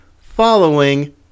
following